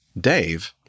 Dave